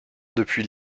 depuis